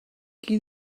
qui